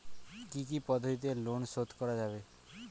কি কি পদ্ধতিতে লোন শোধ করা যাবে?